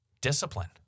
Discipline